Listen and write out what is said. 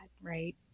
right